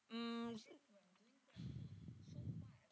mm